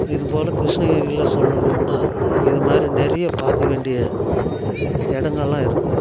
இதுபோல் கிருஷ்ணகிரியில சொல்லணும்னா இது மாதிரி நிறைய பார்க்க வேண்டிய இடங்கள்லாம் இருக்கு